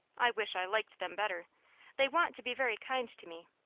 i wish i liked them better they want to be very kind to me,